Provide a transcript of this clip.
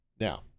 Now